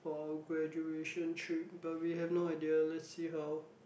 for our graduation trip but we have no idea let's see how